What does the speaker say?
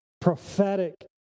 prophetic